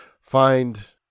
find